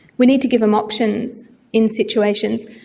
we need to give them options in situations,